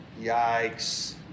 Yikes